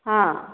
ହଁ